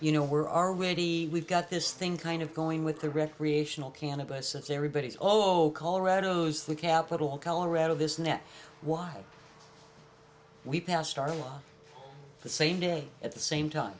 you know we're already we've got this thing kind of going with the recreational cannabis and everybody's all colorado's the capital colorado this now why we passed our law the same day at the same time